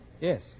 Yes